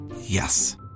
Yes